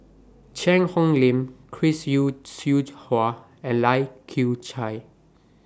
Cheang Hong Lim Chris Yeo Siew Hua and Lai Kew Chai